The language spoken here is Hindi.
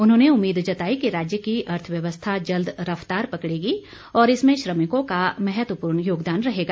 उन्होंने उम्मीद जताई कि राज्य की अर्थव्यवस्था जल्द रफ्तार पकड़ेगी और इसमें श्रमिकों का महत्वपूर्ण योगदान रहेगा